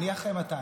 אני אחרי מתן.